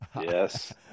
Yes